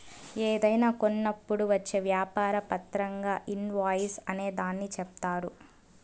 ఏదైనా కొన్నప్పుడు వచ్చే వ్యాపార పత్రంగా ఇన్ వాయిస్ అనే దాన్ని చెప్తారు